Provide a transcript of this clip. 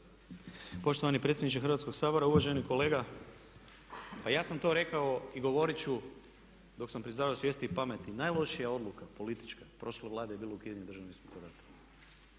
poštovani predsjedniče Hrvatskog sabora. Uvaženi kolega pa ja sam to rekao i govorit ću dok sam pri zdravoj svijesti i pameti. Najlošija odluka politička prošle Vlade je bilo ukidanje Državnog inspektorata.